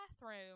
bathroom